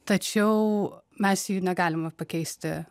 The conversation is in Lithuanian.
tačiau mes jų negalime pakeisti